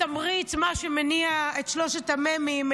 מה שמניע את שלושת המ"מים,